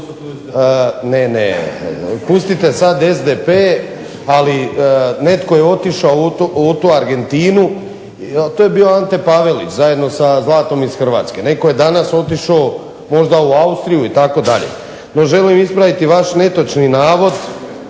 Ne, ne, pustite sad SDP, ali netko je otišao u tu Argentinu, to je bio Ante Pavelić zajedno sa zlatom iz Hrvatske. Netko je danas otišao možda u Austriju itd. No, želim ispraviti vaš netočni navod,